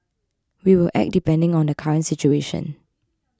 we will act depending on the current situation